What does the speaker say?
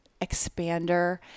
expander